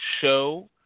show